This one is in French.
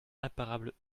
imparables